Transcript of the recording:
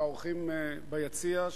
והאורחים ביציע,